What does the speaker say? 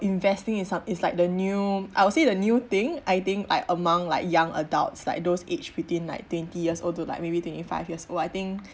investing is some is like the new I would say the new thing I think like among like young adults like those aged between like twenty years old to like maybe twenty five years old I think